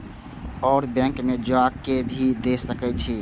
और बैंक में जा के भी दे सके छी?